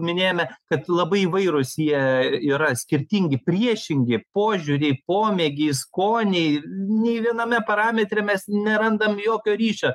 minėjome kad labai įvairūs jie yra skirtingi priešingi požiūriai pomėgiai skoniai nei viename parametre mes nerandam jokio ryšio